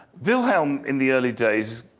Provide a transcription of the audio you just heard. wilhelm, in the early days,